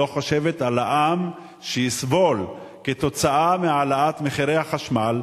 לא חושבת על העם שיסבול כתוצאה מהעלאת מחירי החשמל,